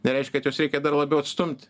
nereiškia kad juos reikia dar labiau atstumti